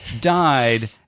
died